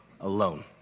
alone